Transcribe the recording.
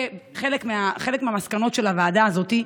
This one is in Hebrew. חלק מהמסקנות של הוועדה הזאת,